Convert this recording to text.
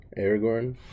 Aragorn